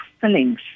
fillings